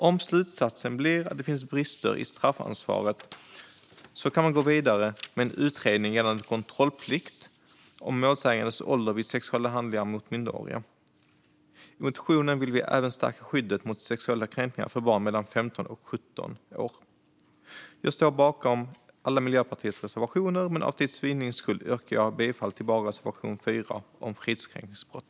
Om slutsatsen blir att det finns brister i straffansvaret kan man gå vidare med en utredning gällande kontrollplikt i fråga om målsägandes ålder vid sexuella handlingar mot minderåriga. I motionen vill vi även stärka skyddet mot sexuella kränkningar för barn mellan 15 och 17 år. Jag står bakom alla Miljöpartiets reservationer, men för tids vinnande yrkar jag bifall endast till reservation 4 om fridskränkningsbrott.